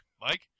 Mike